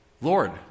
Lord